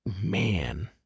Man